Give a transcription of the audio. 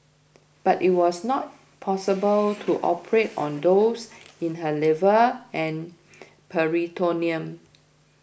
but it was not possible to operate on those in her liver and peritoneum